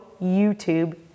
YouTube